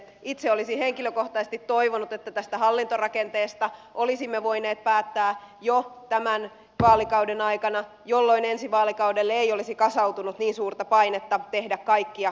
itse olisin henkilökohtaisesti toivonut että tästä hallintorakenteesta olisimme voineet päättää jo tämän vaalikauden aikana jolloin ensi vaalikaudelle ei olisi kasautunut niin suurta painetta tehdä kaikkia